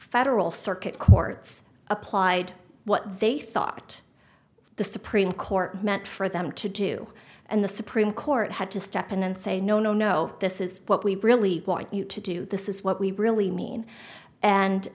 federal circuit courts applied what they thought the supreme court meant for them to do and the supreme court had to step in and say no no no this is what we really want you to do this is what we really mean and